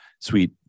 sweet